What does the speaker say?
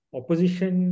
opposition